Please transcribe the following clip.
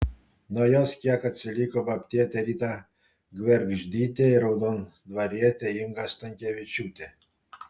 nuo jos kiek atsiliko babtietė rita gvergždytė ir raudondvarietė inga stankevičiūtė